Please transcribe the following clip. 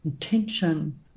intention